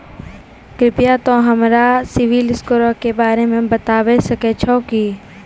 कृपया तोंय हमरा सिविल स्कोरो के बारे मे बताबै सकै छहो कि?